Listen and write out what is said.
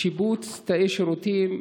שיפוץ תאי שירותים,